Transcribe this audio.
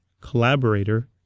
collaborator